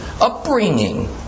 upbringing